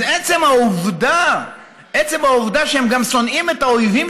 אז מעצם העובדה שהם שונאים את האויבים